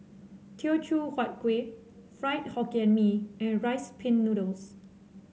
Teochew Huat Kuih Fried Hokkien Mee and Rice Pin Noodles